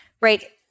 right